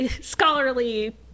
scholarly